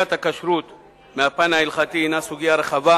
סוגיית הכשרות מהפן ההלכתי הינה סוגיה רחבה,